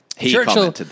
Churchill